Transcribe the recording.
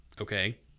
Okay